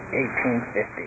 1850